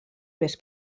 més